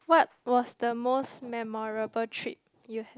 what was the most memorable trip you had